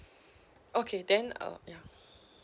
okay then uh ya